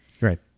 Right